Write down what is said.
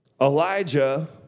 Elijah